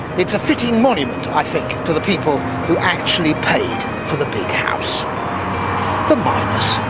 it's a fitting monument i think, to the people who actually paid for the big house the miners.